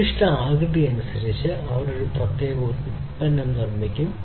നിർദ്ദിഷ്ട ആകൃതി അനുസരിച്ച് അവർ ഒരു പ്രത്യേക ഉൽപ്പന്നം നിർമ്മിക്കും